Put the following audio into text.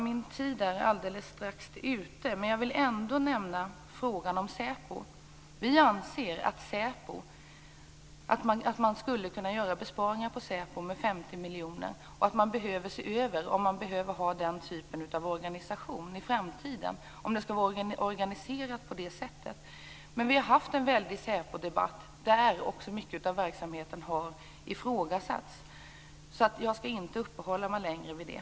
Min talartid är alldeles strax ute, men jag vill ändå nämna frågan om SÄPO. Vi anser att man skulle kunna göra besparingar på SÄPO med 50 miljoner. Man behöver undersöka om det är den typen av organisation som man skall ha i framtiden. Skall SÄPO vara organiserat på det sättet? Vi har haft en väldig SÄPO-debatt, där mycket av verksamheten har ifrågasatts. Jag skall inte uppehålla mig längre vid det.